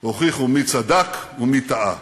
הוכיחו מי צדק ומי טעה.